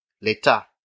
l'état